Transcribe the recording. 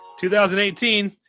2018